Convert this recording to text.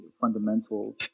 fundamental